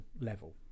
level